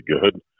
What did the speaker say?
good